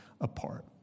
apart